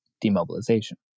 demobilization